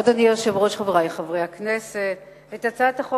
אדוני היושב-ראש, חברי חברי הכנסת, את הצעת החוק